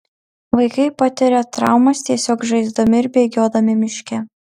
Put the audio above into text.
vaikai patiria traumas tiesiog žaisdami ir bėgiodami miške